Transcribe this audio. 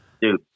dude